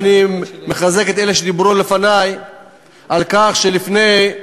אבל אני מחזק את אלה שדיברו לפני על כך שבדיון